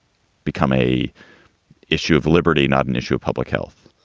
become a issue of liberty, not an issue of public health?